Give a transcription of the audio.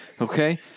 okay